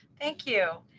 thank you,